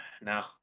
No